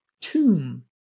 tomb